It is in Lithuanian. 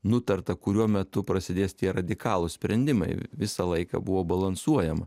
nutarta kuriuo metu prasidės tie radikalūs sprendimai visą laiką buvo balansuojama